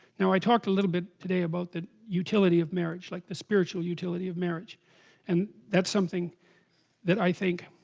now i talked a little bit today about the utility of marriage like the spiritual utility of marriage and that's something that i think